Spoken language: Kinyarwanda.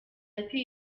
ati